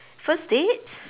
first date